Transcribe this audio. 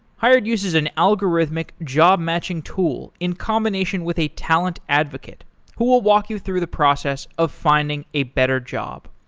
hired uses an algorithmic job-matching tool in combination with a talent advocate who will walk you through the process of finding a better job.